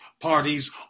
parties